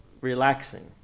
relaxing